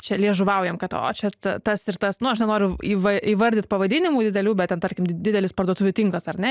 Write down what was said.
čia liežuvaujam kad o čia ta tas ir tas nu aš nenoriu įva įvardyt pavadinimų didelių bet ten tarkim didelis parduotuvių tinklas ar ne